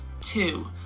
Two